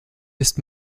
ist